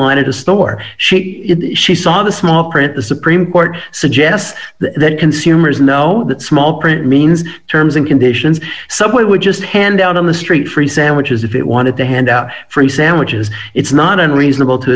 line at a store she saw the small print the supreme court suggest that consumers know that small print means terms and conditions subway would just hand out on the street free sandwiches if it wanted to hand out free sandwiches it's not unreasonable to